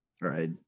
Right